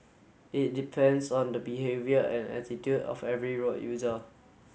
it depends on the behaviour and attitude of every road user